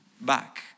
back